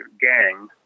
gang